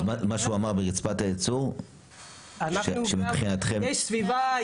מה שהוא אמר ברצפת הייצור שמבחינתכם --- יש סביבה,